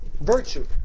virtue